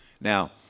Now